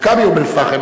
"מכבי אום-אל-פחם".